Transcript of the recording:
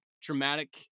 dramatic